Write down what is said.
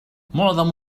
معظم